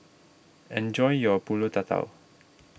enjoy your Pulut Tatal